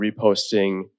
reposting